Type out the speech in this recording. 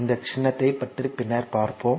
இதன் சின்னத்தைப் பற்றி பின்னர் பார்ப்போம்